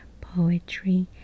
poetry